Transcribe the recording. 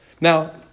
Now